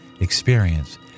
experience